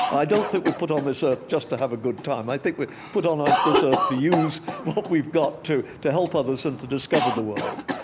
i don't think we're put on this earth just to have a good time. i think we're put on ah this earth ah to use what we've got to to help others, and to discover the world.